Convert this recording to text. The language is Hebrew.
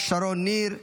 שרון ניר,